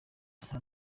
nta